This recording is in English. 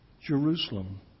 Jerusalem